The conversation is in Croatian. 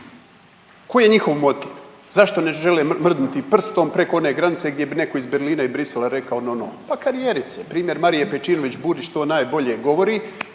Koji je njihov motiv? Zašto ne žele mrdnuti prstom preko one granice gdje bi netko iz Berlina i Bruxellesa rekao no, no? Pa karijerice. Primjer Marije Pejčinović Burić to najbolje govori